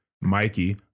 mikey